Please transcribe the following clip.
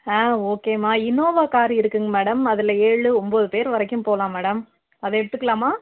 ஆ ஒகேம்மா Innova car இருக்குதுங்க madam அதில் ஏழு ஒம்பது பேர் வரைக்கும் போகலாம் மேடம் அதை எடுத்துக்கலாமா